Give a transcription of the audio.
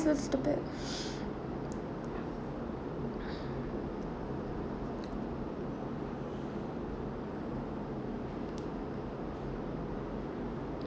so stupid